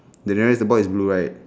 the nearest the boy is blue right